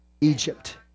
Egypt